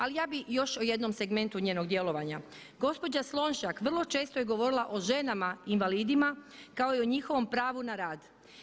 Ali ja bi još o jednom segmentu njenog djelovanja, gospođa Slonjšak vro često je govorila o ženama invalidima kao i o njihovom pravu na rad.